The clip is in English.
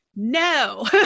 No